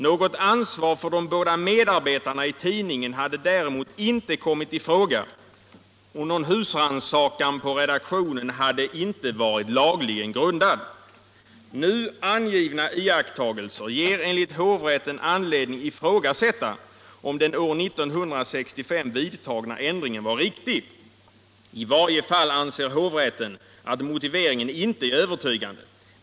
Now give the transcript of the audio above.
Något ansvar för de båda medarbetarna i tidningen hade däremot inte kommit i fråga och någon husrannsakan på redaktionen hade inte varit lagligen grundad. —-—- Nu angivna iakttagelser ger enligt hovrätten anledning ifrågasätta om den år 1965 vidtagna ändringen var riktig. F varje fall anser hovrätten att motiveringen inte är övertygande.